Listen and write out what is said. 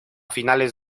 finales